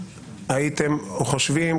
הייתם חושבים,